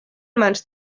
mans